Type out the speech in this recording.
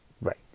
right